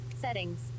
settings